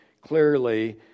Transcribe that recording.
clearly